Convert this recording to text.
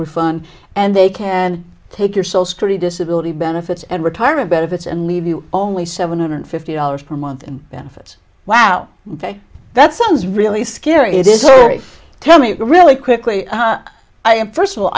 refund and they can take your soul story disability benefits and retirement benefits and leave you only seven hundred fifty dollars per month in benefits wow that sounds really scary it is tell me really quickly i am first of all